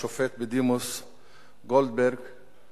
חבר הכנסת מוחמד ברכה, סגן יושב-ראש הכנסת, בבקשה.